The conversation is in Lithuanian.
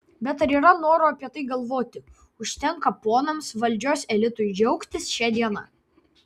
bet ar yra noro apie tai galvoti užtenka ponams valdžios elitui džiaugtis šia diena